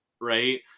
right